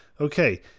okay